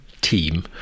team